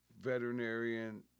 veterinarian